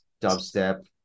dubstep